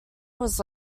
was